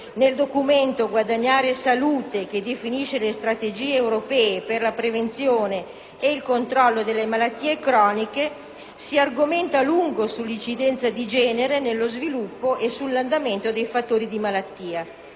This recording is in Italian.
nel documento: «Guadagnare salute», che definisce le strategie europee per la prevenzione e il controllo delle malattie croniche, si argomenta a lungo sull'incidenza di genere nello sviluppo e sull'andamento dei fattori di malattia.